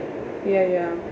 ya ya